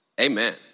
Amen